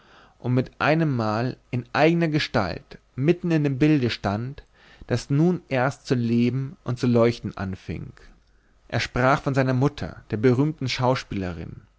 und mit einemmal in eigner gestalt mitten in dem bilde stand das nun erst zu leben und zu leuchten anfing er sprach von seiner mutter der berühmten schauspielerin